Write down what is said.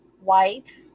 white